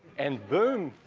and boom,